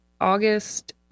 August